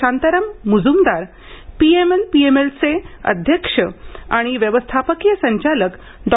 शांताराम मुजुमदार पीएमपीएमएलचे अध्यक्ष आणि व्यवस्थापकीय संचालक डॉ